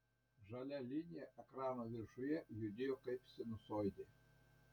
žalia linija ekrano viršuje judėjo kaip sinusoidė